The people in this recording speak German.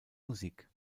musik